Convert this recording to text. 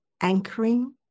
anchoring